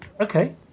okay